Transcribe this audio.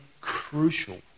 crucial